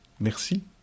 Merci